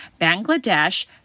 Bangladesh